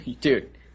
Dude